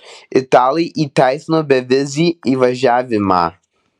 italai įteisino bevizį įvažiavimą